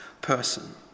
person